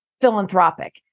philanthropic